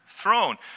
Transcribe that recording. throne